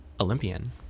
Olympian